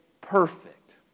perfect